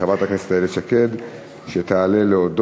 לפיכך, הצעת חוק קביעת מועד